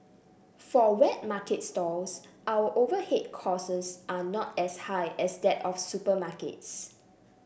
for wet market stalls our overhead costs are not as high as that of supermarkets